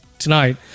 tonight